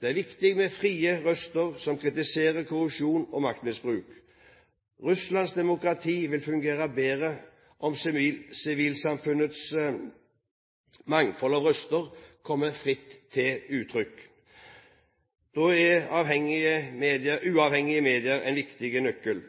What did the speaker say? Det er viktig med frie røster som kritiserer korrupsjon og maktmisbruk. Russlands demokrati vil fungere bedre om sivilsamfunnets mangfold av røster kommer fritt til uttrykk. Da er uavhengige medier en viktig nøkkel.